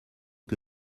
que